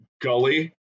gully